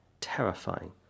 Terrifying